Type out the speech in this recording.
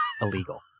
illegal